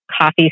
coffee